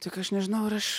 tik aš nežinau ar aš